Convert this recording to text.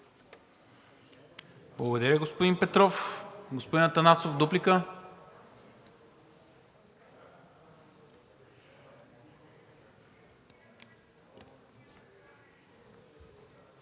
Благодаря, господин Петров. Господин Атанасов – дуплика.